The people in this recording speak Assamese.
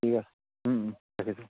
ঠিক আছে ৰাখিছোঁ